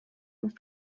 muss